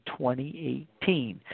2018